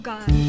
God